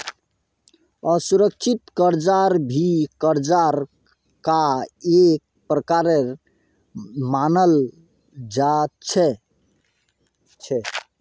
असुरिक्षित कर्जाक भी कर्जार का एक प्रकार मनाल जा छे